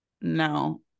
no